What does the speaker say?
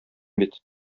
бит